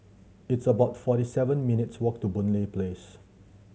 it's about forty seven minutes' walk to Boon Lay Place